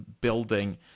building